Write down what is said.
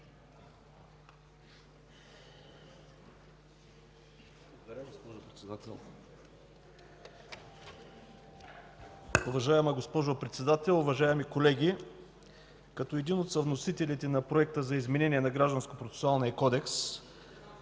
Благодаря, госпожо Председател.